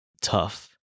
tough